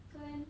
so then